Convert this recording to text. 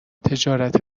تجارت